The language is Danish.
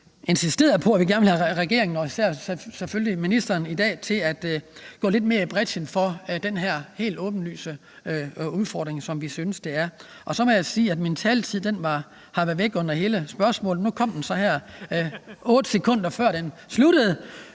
har insisteret på, at vi gerne vil have regeringen og selvfølgelig ministeren her i dag til at gå lidt mere i brechen i forhold til den her helt åbenlyse udfordring, som vi synes det er. Jeg skal også sige, at min taletid har været væk under hele spørgsmålet, men nu kom den så frem her, 8 sekunder før den sluttede.